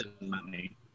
money